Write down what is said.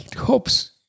hopes